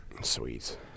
Sweet